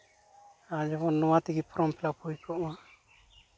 ᱟᱨ ᱡᱮᱢᱚᱱ ᱱᱚᱣᱟ ᱛᱮᱜᱮ ᱯᱷᱨᱚᱢ ᱯᱷᱤᱞᱟᱯ ᱦᱩᱭ ᱠᱚᱜᱼᱢᱟ